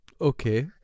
Okay